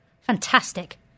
fantastic